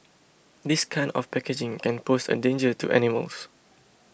this kind of packaging can pose a danger to animals